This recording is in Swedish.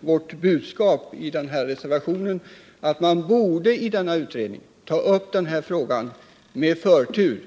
Vårt yrkande i reservationen är att utredningen skall ta upp denna fråga med förtur.